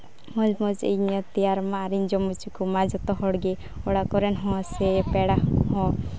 ᱢᱚᱡᱽ ᱢᱚᱡᱽ ᱟᱜ ᱤᱧ ᱛᱮᱭᱟᱨ ᱢᱟ ᱟᱨᱤᱧ ᱡᱚᱢ ᱦᱚᱪᱚ ᱠᱚᱢᱟ ᱡᱚᱛᱚ ᱦᱚᱲᱜᱮ ᱚᱲᱟᱜ ᱠᱚᱨᱮᱱ ᱥᱮ ᱯᱮᱲᱟ ᱦᱚᱲ ᱠᱚᱦᱚᱸ